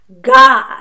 God